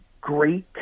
great